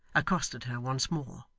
accosted her once more.